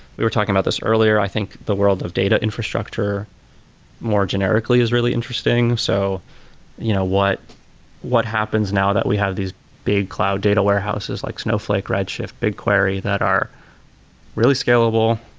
we were talking about this earlier, i think the world of data infrastructure more generically is really interesting. so you know what what happens now that we have these big cloud data warehouses, like snowflake, redshift, bigquery that are really scalable,